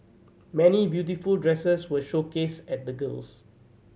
many beautiful dresses were showcased at the gills